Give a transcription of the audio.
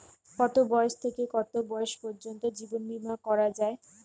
কতো বয়স থেকে কত বয়স পর্যন্ত জীবন বিমা করা যায়?